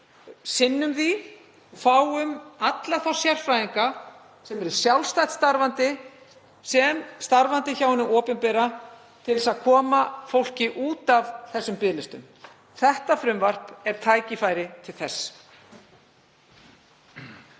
sinnum því og fáum alla þá sérfræðinga, þá sem eru sjálfstætt starfandi og þá sem starfa hjá hinu opinbera, til að koma fólki út af þessum biðlistum. Þetta frumvarp er tækifæri til þess.